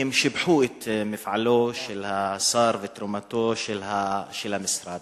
הם שיבחו את מפעלו של השר ותרומתו של המשרד.